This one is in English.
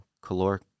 caloric